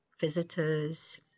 Visitors